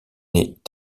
est